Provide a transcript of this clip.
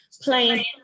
playing